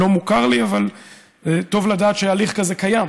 לא מוכר לי אבל טוב לדעת שהליך כזה קיים,